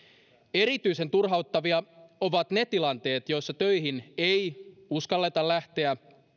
erityisen turhauttavia ovat ne tilanteet joissa töihin ei uskalleta lähteä